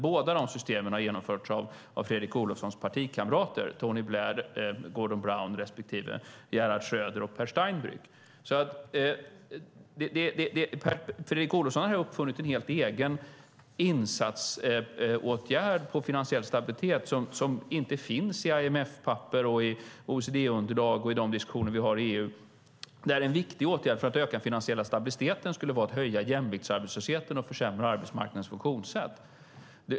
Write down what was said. Båda systemen har genomförts av Fredrik Olovssons partikamrater Tony Blair och Gordon Brown respektive Gerhard Schröder och Peer Steinbrück. Fredrik Olovsson har uppfunnit en helt egen insatsåtgärd för finansiell stabilitet som inte finns i IMF-papper, OECD-underlag och de diskussioner vi har i EU. En viktig åtgärd för att öka den finansiella stabiliteten skulle vara att höja jämviktsarbetslösheten och försämra arbetsmarknadens funktionssätt.